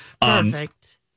Perfect